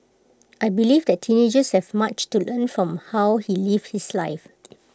I believe that teenagers have much to learn from how he lived his life